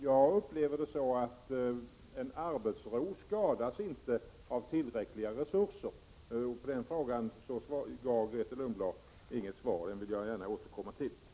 Jag upplever det så, att arbetsron inte skadas av tillräckliga resurser. På den frågan gav Grethe Lundblad inget svar, och därför vill jag gärna återkomma till den.